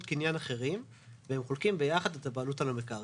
קניין אחרים והם חולקים ביחד את הבעלות המקרקעים.